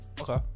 Okay